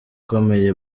ikomeye